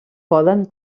poden